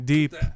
Deep